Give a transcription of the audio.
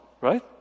Right